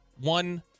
one